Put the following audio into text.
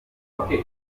council